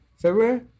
february